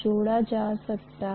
मोड़ का कोई आयाम नहीं है